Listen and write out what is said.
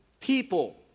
people